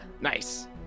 Nice